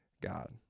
God